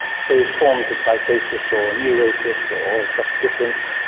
so forms of psychosis or neurosis or just difference,